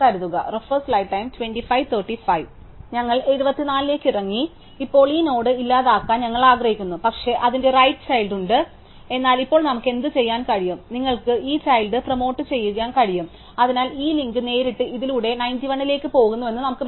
ഞങ്ങൾ 74 ലേക്ക് ഇറങ്ങി ഇപ്പോൾ ഈ നോഡ് ഇല്ലാതാക്കാൻ ഞങ്ങൾ ആഗ്രഹിക്കുന്നു പക്ഷേ അതിന് റൈറ് ചൈൽഡ് ഉണ്ട് എന്നാൽ ഇപ്പോൾ നമുക്ക് എന്തുചെയ്യാൻ കഴിയും നിങ്ങൾക്ക് ഈ ചൈൽഡ് പ്രമോട്ടുചെയ്യാൻ കഴിയും അതിനാൽ ഈ ലിങ്ക് നേരിട്ട് ഇതിലൂടെ 91 ലേക്ക് പോകുന്നുവെന്ന് നമുക്ക് ബന്ധപ്പെടാം